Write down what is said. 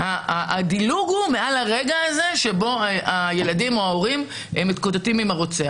הדילוג הוא מעל הרגע הזה שבו הילדים או ההורים מתקוטטים עם הרוצח.